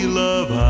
love